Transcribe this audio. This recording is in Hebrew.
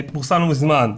פורסם לא מזמן,